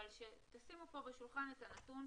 אבל שתשים פה על השולחן את הנתון,